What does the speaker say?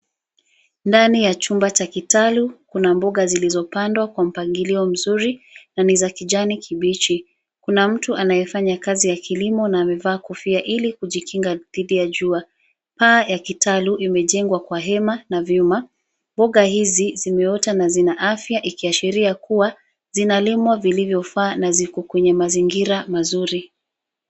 Ndani ya chumba cha kitalu , kuna mboga zilizopandwa kwa mpangilio mzuri na ni za kijani kibichi . Kuna mtu anayefanya kazi ya kilimo na amevaa kofia ili kujikinga dhidi ya jua. Paa ya kitalu imejengwa kwa hema na vyuma. Mboga hizi zimeota na zina afya ikiashiria kuwa zinalimwa vilivyofaa na ziko kwenye mazingira mazuri.